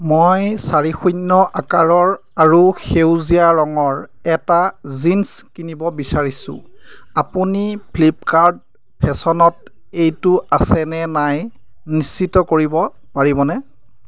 মই চাৰি শূন্য আকাৰৰ আৰু সেউজীয়া ৰঙৰ এটা জিন্ছ কিনিব বিচাৰিছোঁ আপুনি ফ্লিপকাৰ্ট ফেশ্বনত এইটো আছেনে নাই নিশ্চিত কৰিব পাৰিবনে